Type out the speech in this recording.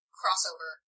crossover